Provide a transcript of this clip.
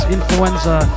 Influenza